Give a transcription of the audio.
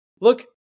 look